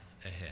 ahead